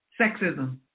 Sexism